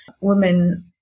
women